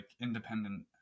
independent